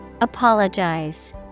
Apologize